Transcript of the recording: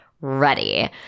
ready